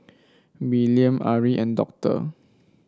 Willaim Ari and Doctor